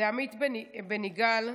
זה עמית בן יגאל,